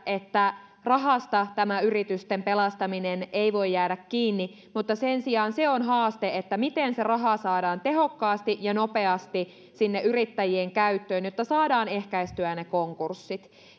että rahasta tämä yritysten pelastaminen ei voi jäädä kiinni mutta sen sijaan se on haaste miten se raha saadaan tehokkaasti ja nopeasti sinne yrittäjien käyttöön jotta saadaan ehkäistyä ne konkurssit